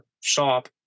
shop